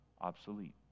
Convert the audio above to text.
obsolete